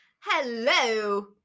Hello